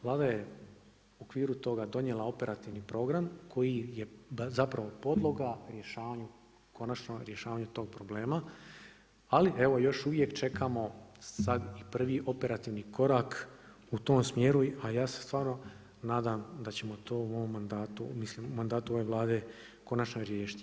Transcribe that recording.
Vlada je u okviru toga donijela operativni program koji je zapravo podloga rješavanju, konačnom rješavanju tog problema ali evo još uvijek čekamo sada i prvi operativni korak u tom smjeru a ja se stvarno nadam da ćemo to u ovom mandatu, mislim u mandatu ove Vlade konačno riješiti.